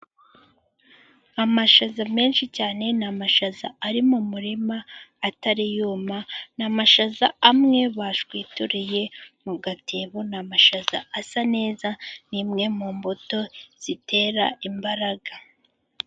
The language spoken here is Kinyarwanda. Amashaza menshi cyane, ni amashaza ari mu murima atari yuma, ni amashaza amwe bashwituriye mu gatebo, ni amashaza asa neza, ni imwe mu mbuto zitera imbaraga.